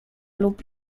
lub